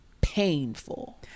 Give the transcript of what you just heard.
painful